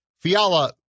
Fiala